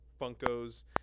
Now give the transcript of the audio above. Funkos